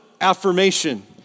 affirmation